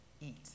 eat